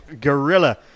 Gorilla